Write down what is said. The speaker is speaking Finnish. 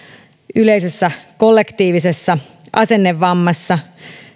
yleisessä kollektiivisessa asennevammassa